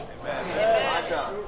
Amen